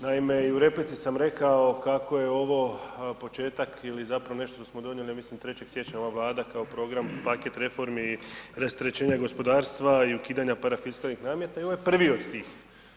Naime, i u replici sam rekao kako je ovo početak ili zapravo nešto što smo donijeli ja mislim, 3. siječnja ova Vlada kao program, paket reformi, rasterećenja gospodarstva i ukidanja parafiskalnih nameta i ovo je prvi od tih.